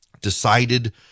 decided